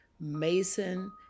Mason